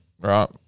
right